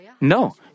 No